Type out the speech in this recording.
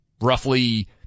roughly